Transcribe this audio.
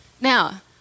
Now